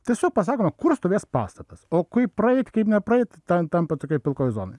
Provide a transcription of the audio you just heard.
tiesiog pasakoma kur stovės pastatas o kaip praeit kaip nepraeit ten tampa tokioje pilkoje zonoje